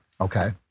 Okay